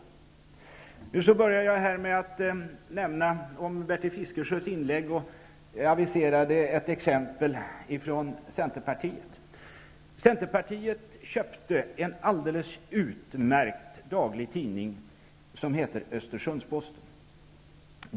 Jag började med att nämna Bertil Fiskesjös inlägg och aviserade ett exempel från Centerpartiet. Centerpartiet köpte en alldeles utmärkt daglig tidning som heter Östersundsposten.